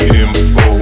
info